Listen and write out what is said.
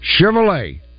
Chevrolet